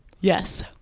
Yes